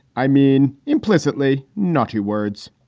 i mean implicitly, not your words